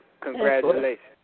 Congratulations